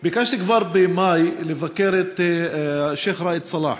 ביקשתי כבר במאי לבקר את השיח' ראאד סלאח,